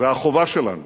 והחובה שלנו